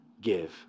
give